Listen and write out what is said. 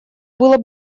было